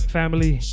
family